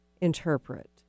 interpret